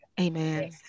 Amen